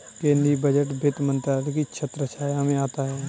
केंद्रीय बजट वित्त मंत्रालय की छत्रछाया में आता है